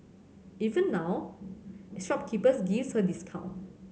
even now shopkeepers give her discount